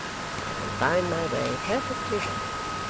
i can find my way perfectly well.